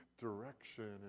direction